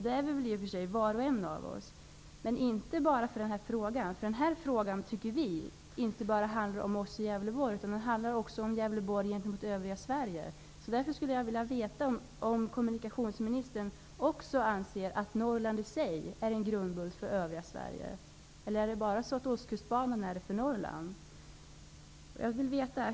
Det är i och för sig var och en av oss, men den här frågan handlar inte bara om oss i Gävleborg utan också om Norrland i sig är en grundbult för övriga Sverige. Eller är det bara så, att Ostkustbanan är en grundbult för Norrland?